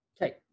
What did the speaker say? Okay